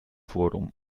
forum